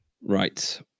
Right